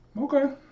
Okay